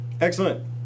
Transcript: Excellent